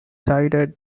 sited